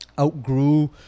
outgrew